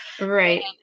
Right